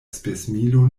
spesmilo